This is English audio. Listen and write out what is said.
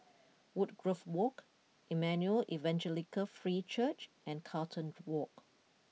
Woodgrove Walk Emmanuel Evangelical Free Church and Carlton Walk